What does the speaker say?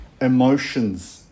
emotions